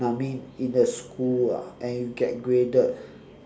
I mean in the school ah and you get graded